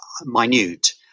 minute